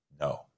No